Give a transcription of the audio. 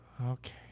Okay